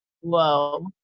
whoa